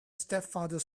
stepfather